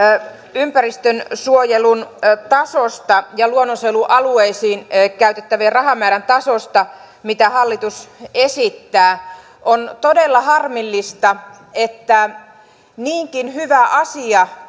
ympäristönsuojelun tasosta ja luonnonsuojelualueisiin käyttävien rahamäärien tasoista mitä hallitus esittää on todella harmillista että niinkin hyvä asia